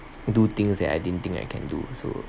do things that I didn't think I can do so